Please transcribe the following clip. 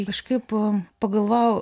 kažkaip pagalvojau